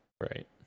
Right